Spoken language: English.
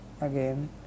again